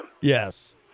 Yes